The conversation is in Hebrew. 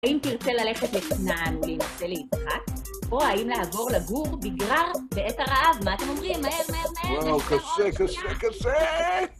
‫האם תרצה ללכת לכנען להנשא ליצחק? ‫או האם לעבור לגור בגרר בעת הרעב? ‫מה אתם אומרים? ‫מהר, מהר, מהר, מהר! ‫-וואו, קשה, קשה, קשה!